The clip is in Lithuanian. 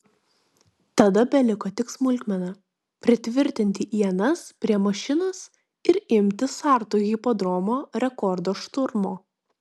tada beliko tik smulkmena pritvirtinti ienas prie mašinos ir imtis sartų hipodromo rekordo šturmo